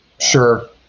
Sure